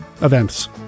events